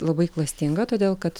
labai klastinga todėl kad